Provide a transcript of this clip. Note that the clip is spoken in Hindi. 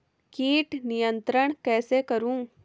कीट नियंत्रण कैसे करें?